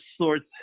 sorts